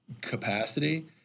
capacity